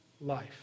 life